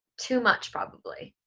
too much probably,